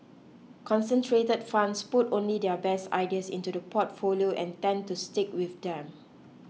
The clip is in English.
concentrated funds put only their best ideas into the portfolio and tend to stick with them